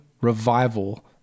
Revival